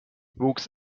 wuchs